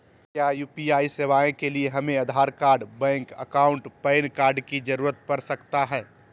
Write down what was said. क्या यू.पी.आई सेवाएं के लिए हमें Aadhaar card bank account PAN card की जरूरत पड़ सकता है?